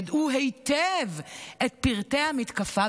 ידעו היטב את פרטי המתקפה,